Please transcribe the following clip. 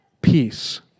Peace